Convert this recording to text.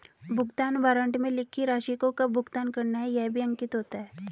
भुगतान वारन्ट में लिखी राशि को कब भुगतान करना है यह भी अंकित होता है